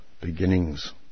beginnings